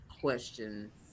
questions